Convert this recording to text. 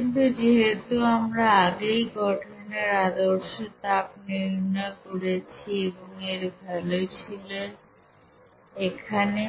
কিন্তু যেহেতু আমরা আগেই গঠনের আদর্শ তাপ নির্ণয় করেছি এবং এর ভ্যালু ছিল এখানে